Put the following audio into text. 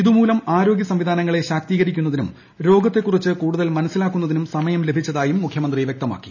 ഇതുമൂലം ആരോഗൃ സംവിധാനങ്ങളെ ശാക്തീകരിക്കുന്നതിനും രോഗത്തെക്കുറിച്ച് കൂടുതൽ മനസ്സിലാക്കുന്നതിനും സമയം ലഭിച്ചതായും മുഖ്യമന്ത്രി വ്യക്തമാക്കി